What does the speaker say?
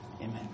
Amen